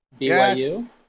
BYU